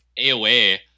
AOA